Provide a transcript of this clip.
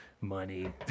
money